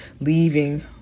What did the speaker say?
leaving